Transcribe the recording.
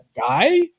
guy